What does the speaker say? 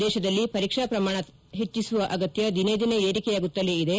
ದೇಶದಲ್ಲಿ ಪರೀಕ್ಷಾ ಪ್ರಮಾಣ ಹೆಚ್ಚಿಸುವ ಅಗತ್ಯ ದಿನೇ ದಿನೇ ಏರಿಕೆಯಾಗುತ್ತಲೇ ಇದೆ